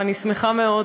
ואני שמחה מאוד,